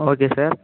okay sir